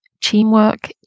Teamwork